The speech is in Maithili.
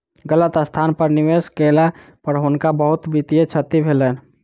गलत स्थान पर निवेश केला पर हुनका बहुत वित्तीय क्षति भेलैन